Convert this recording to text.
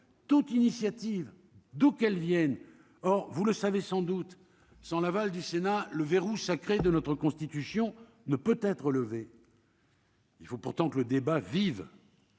toute initiative d'où qu'elle Vienne, or vous le savez sans doute, sans l'aval du Sénat le verrou crée de notre constitution ne peut être levé. Il faut pourtant que le débat vive